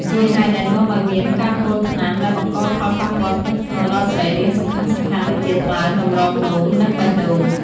ជាហេតុដែលនាំឱ្យមានការពុលថ្នាំដែលបង្កផលប៉ះពាល់ធ្ងន់ធ្ងរដល់សរីរាង្គសំខាន់ៗដូចជា ថ្លើម តម្រងនោម និងបេះដូង។